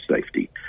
safety